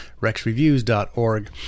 rexreviews.org